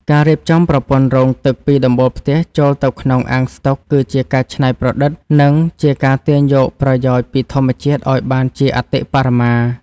ការរៀបចំប្រព័ន្ធរងទឹកពីដំបូលផ្ទះចូលទៅក្នុងអាងស្តុក គឺជាការច្នៃប្រឌិត និងជាការទាញយកប្រយោជន៍ពីធម្មជាតិឱ្យបានជាអតិបរមា។